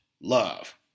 love